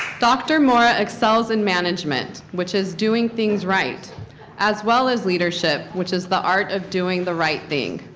dr. mora excels in management which is doing things right as well as leadership which is the art of doing the right thing.